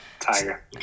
tiger